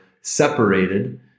separated